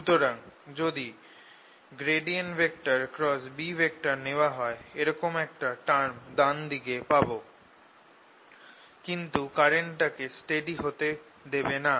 সুতরাং যদি B নেওয়া হয় এরকম একটা টার্ম ডান দিকে পাব কিন্তু কারেন্টটাকে স্টেডি হতে দেবে না